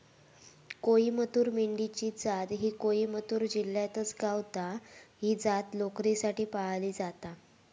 कोईमतूर मेंढी ची जात ही कोईमतूर जिल्ह्यातच गावता, ही जात लोकरीसाठी पाळली जाता